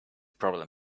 problem